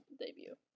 debut